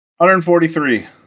143